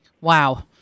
Wow